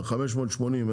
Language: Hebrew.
ה-580,